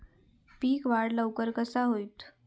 पीक वाढ लवकर कसा होईत?